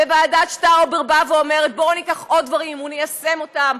ועדת שטאובר אומרת: בואו ניקח עוד דברים וניישם אותם,